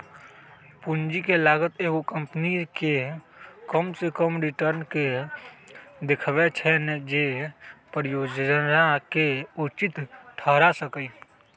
पूंजी के लागत एगो कंपनी के कम से कम रिटर्न के देखबै छै जे परिजोजना के उचित ठहरा सकइ